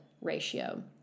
ratio